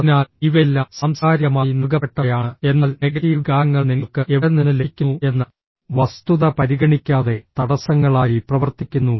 അതിനാൽ ഇവയെല്ലാം സാംസ്കാരികമായി നൽകപ്പെട്ടവയാണ് എന്നാൽ നെഗറ്റീവ് വികാരങ്ങൾ നിങ്ങൾക്ക് എവിടെ നിന്ന് ലഭിക്കുന്നു എന്ന വസ്തുത പരിഗണിക്കാതെ തടസ്സങ്ങളായി പ്രവർത്തിക്കുന്നു